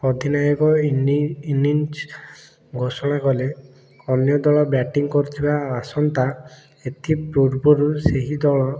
ଅଧିନାୟକ ଇନି ଇନିଂସ୍ ଘୋଷଣା କଲେ ଅନ୍ୟ ଦଳ ବ୍ୟାଟିଂ କରୁଥିବା ଆସନ୍ତା ଏଥିପୂର୍ବରୁ ସେହି ଦଳ